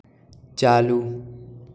चालू